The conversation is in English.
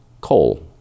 coal